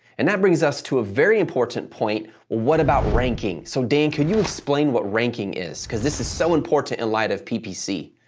and that brings us to a very important point. what about ranking? so dan, could you explain what ranking is? cause this is so important in light of ppc.